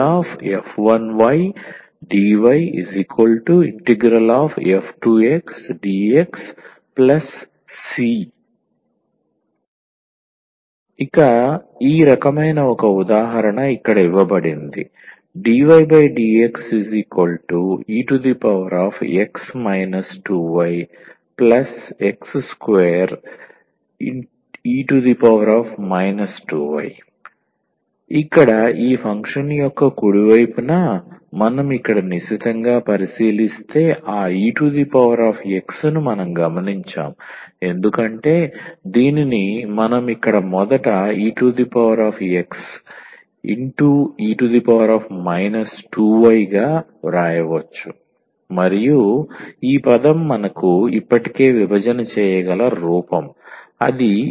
∫ 𝑓1𝑦 𝑑𝑦 ∫ 𝑓2𝑥 𝑑𝑥 𝑐 ఇక ఈ రకమైన ఒక ఉదాహరణ ఇక్కడ ఇవ్వబడింది dydxex 2yx2e 2y ఇక్కడ ఈ ఫంక్షన్ యొక్క కుడి వైపున మనం ఇక్కడ నిశితంగా పరిశీలిస్తే ఆ 𝑒𝑥 ను మనం గమనించాము ఎందుకంటే దీనిని మనం ఇక్కడ మొదట 𝑒𝑥 x 𝑒−2𝑦 గా వ్రాయవచ్చు మరియు ఈ పదం మనకు ఇప్పటికే విభజన చేయగల రూపం అది 𝑒−2𝑦